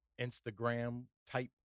Instagram-type